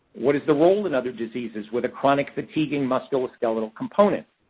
what is the role in other diseases with a chronic fatiguing musculoskeletal component?